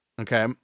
Okay